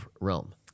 realm